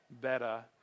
better